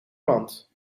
mand